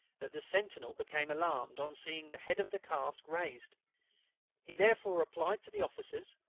that the sentinel became alarmed on seeing the head of the cask raised he therefore applied to the officers,